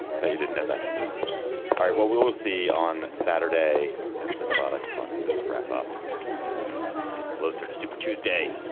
pay didn't know that all right. well, we'll we'll see on saturday at the nevada caucuses, a wrap up and we get closer to super tuesday.